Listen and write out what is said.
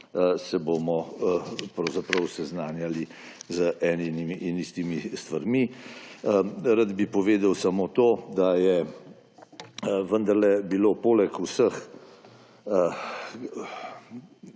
se bomo pravzaprav seznanjali z enimi in istimi stvarmi. Rad bi povedal samo to, da je vendarle bilo poleg vseh